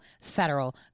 federal